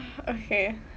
okay